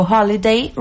Holiday